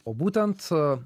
o būtent